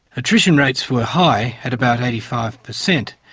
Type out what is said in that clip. attrition rates were high at about eighty five per cent.